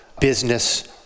business